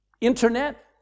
internet